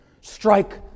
Strike